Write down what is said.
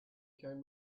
came